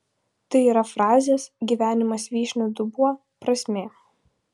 tai yra frazės gyvenimas vyšnių dubuo prasmė